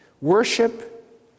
Worship